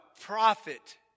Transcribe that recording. prophet